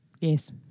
Yes